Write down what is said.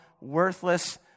worthless